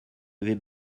avez